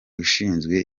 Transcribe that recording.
ushinzwe